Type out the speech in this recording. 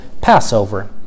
Passover